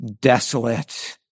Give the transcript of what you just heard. desolate